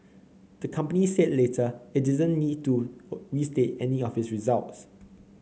the company said later it didn't need to restate any of its results